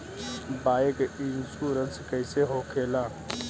Bike insurance कैसे होखे ला?